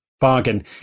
Bargain